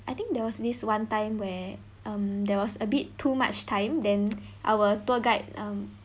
I think there was this one time where um there was a bit too much time then our tour guide um